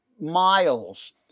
miles